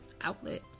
outlet